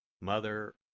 Mother